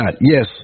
yes